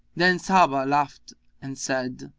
then sabbah laughed and said,